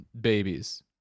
Babies